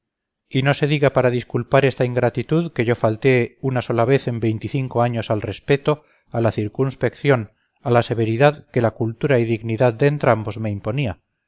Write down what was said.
y no se diga para disculpar esta ingratitud que yo falté una sola vez en veinticinco años al respeto a la circunspección a la severidad que la cultura y dignidad de entrambos me imponía